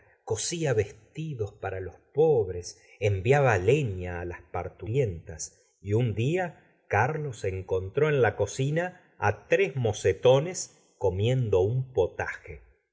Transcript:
cosía vestidos para los pobres enviaba leña á las partula señora de bov ary gustavo flaubert rient ts y un dia carlos encontró en la cocina á tres mocetones comiendo un potaj